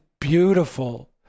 beautiful